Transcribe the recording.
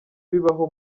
bibaho